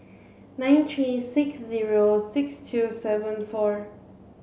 nine three six zero six two seven four